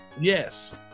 Yes